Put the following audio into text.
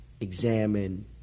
examine